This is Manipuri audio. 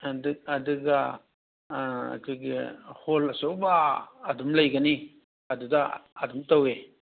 ꯑꯗꯨ ꯑꯗꯨꯒ ꯑꯩꯈꯣꯏꯒꯤ ꯍꯣꯜ ꯑꯆꯧꯕ ꯑꯗꯨꯝ ꯂꯩꯒꯅꯤ ꯑꯗꯨꯗ ꯑꯗꯨꯝ ꯇꯧꯋꯦ